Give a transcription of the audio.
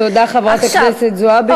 תודה, חברת הכנסת זועבי.